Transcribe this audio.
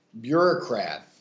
bureaucrat